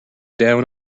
down